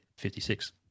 56